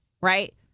Right